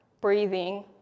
breathing